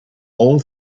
all